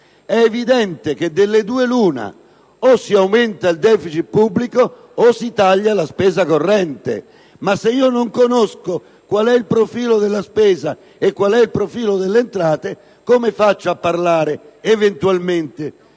è evidente che delle due l'una: o si aumenta il deficit pubblico o si taglia la spesa corrente. Ma se non conosco qual è il profilo della spesa e qual è il profilo delle entrate come faccio a parlare, eventualmente,